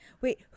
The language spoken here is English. Wait